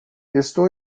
estou